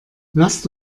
lasst